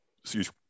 Excuse